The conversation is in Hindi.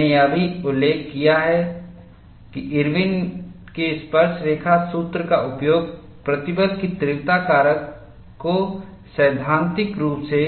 मैंने यह भी उल्लेख किया कि इरविनIRWIN'S के स्पर्शरेखा सूत्र का उपयोग प्रतिबल की तीव्रता कारक को सैद्धांतिक रूप से